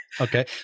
Okay